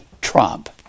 trump